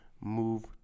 move